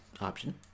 option